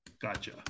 Gotcha